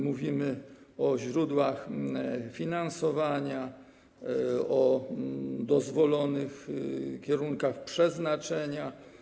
Mówimy o źródłach finansowania, o dozwolonych kierunkach jego przeznaczenia.